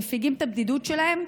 מפיגים את הבדידות שלהם,